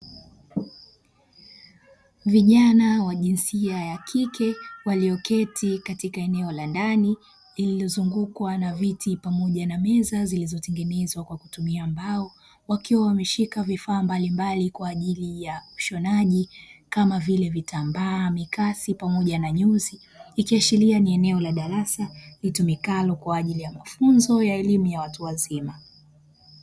Vijana wa jinsia ya kike walioketi katika eneo la ndani lililozungukwa na viti pamoja na meza zilizotengenezwa kwa kutumia mbao wakiwa wameshika vifaa mbalimbali kwa ajili ya ushonaji kama vile; vitambaa, mikasi pamoja na nyuzi ikiashiria ni eneo la darasa litumikalo kwa ajili ya mafunzo ya elimu ya watu wazima.